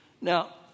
Now